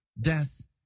Death